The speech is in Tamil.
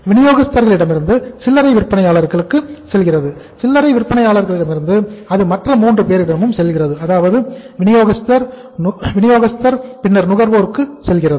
வினியோகஸ்தர்ரிடமிருந்து சில்லறை விற்பனையாளருக்கும் சில்லறை விற்பனையாளரிடமிருந்து அது மற்ற மூன்று பேரிடம் செல்கிறது அதாவது வினியோகஸ்தர் மொத்த விற்பனையாளர் சில்லறை விற்பனையாளர் பின்னர் நுகர்வோருக்கும் செல்கிறது